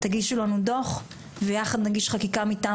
תגישו לנו דוח ויחד נגיש חקיקה מטעם